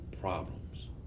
problems